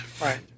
right